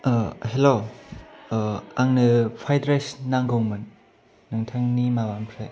हेल' आंनो fried rice नांगौमोन नोंथांनि माबानिफ्राय